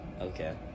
Okay